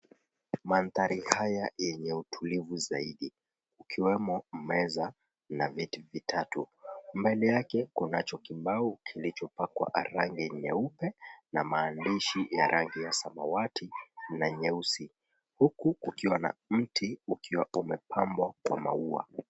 Mandhari haya yenye utulivu zaidi, kukiwemo meza na viti vitatu. Mbele yake kunacho kibao kilichopakwa rangi nyeupe na maandishi ya rangi ya samawati na nyeusi. Huku kukiwa na mti ukiwa umepambwa kwa maua.